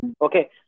okay